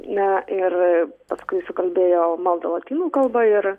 na ir paskui sukalbėjo maldą lotynų kalba ir